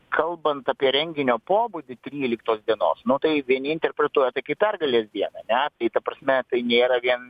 kalbant apie renginio pobūdį tryliktos dienos nu tai vieni interpretuoja tai kaip pergalės dieną ane tai ta prasme tai nėra vien